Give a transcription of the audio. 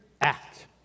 act